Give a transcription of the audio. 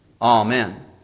Amen